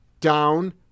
down